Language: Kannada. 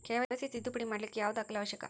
ಕೆ.ವೈ.ಸಿ ತಿದ್ದುಪಡಿ ಮಾಡ್ಲಿಕ್ಕೆ ಯಾವ ದಾಖಲೆ ಅವಶ್ಯಕ?